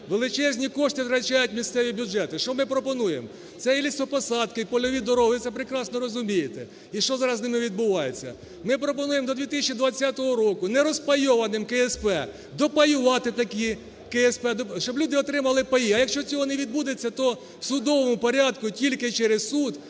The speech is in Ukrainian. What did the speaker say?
Величезні кошти втрачають місцеві бюджети. Що ми пропонуємо? Це й лісопосадки, польові дороги, ви це прекрасно розумієте, і що зараз з ними відбувається. Ми пропонуємо до 2020 року нерозпайованим КСП допаювати такі КСП, щоб люди отримали паї. А якщо цього не відбудеться, то у судовому порядку тільки через суд